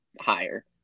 higher